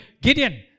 Gideon